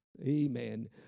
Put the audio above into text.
Amen